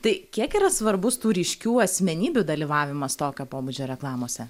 tai kiek yra svarbus tų ryškių asmenybių dalyvavimas tokio pobūdžio reklamose